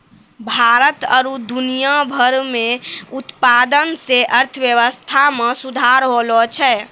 भारत आरु दुनिया भर मे उत्पादन से अर्थव्यबस्था मे सुधार होलो छै